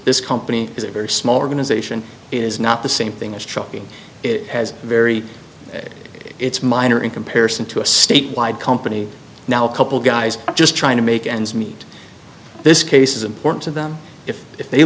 this company is a very small organization it is not the same thing as trucking it has very it's minor in comparison to a statewide company now a couple guys just trying to make ends meet this case is important to them if if they